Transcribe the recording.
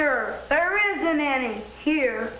there isn't any here